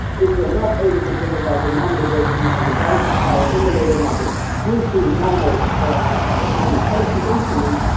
if we are not able to bring about the normalization of the balance of power in the labor market due to normal economic policy instruments,